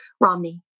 Romney